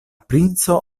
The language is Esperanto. princo